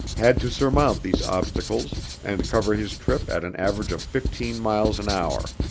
had to surmount these obstacles and cover his trip at an average of fifteen miles an hour.